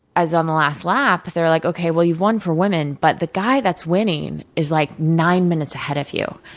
on the last lap. they were like, okay, well you've won for women, but the guy that's winning is like nine minutes ahead of you.